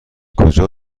کجا